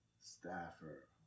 staffer